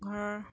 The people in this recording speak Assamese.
ঘৰৰ